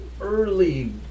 early